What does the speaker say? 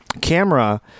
camera